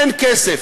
אין כסף.